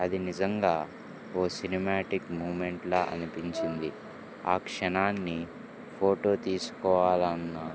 అది నిజంగా ఓ సినిమాటిక్ మూమెంట్ల అనిపించింది ఆ క్షణాన్ని ఫోటో తీసుకోవాలన్నా